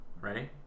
Ready